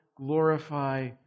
glorify